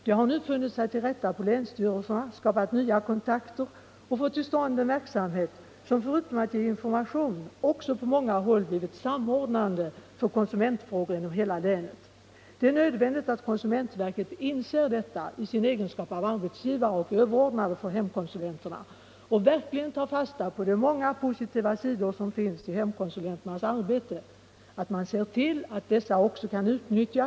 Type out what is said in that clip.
De har nu funnit sig till rätta på länsstyrelserna, skapat nya kontakter och fått till stånd en verksamhet som förutom att den ger information också på många håll blivit samordnande för konsumentfrågor inom hela län. Det är nödvändigt att konsumentverket i sin egenskap av arbetsgivare och överordnad för hemkonsulenterna inser detta, verkligen tar fasta på de många positiva sidor som finns i hemkonsulenternas arbete och ser till att dessa kan utnyttjas.